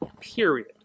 period